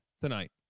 tonight